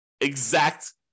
exact